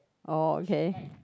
orh okay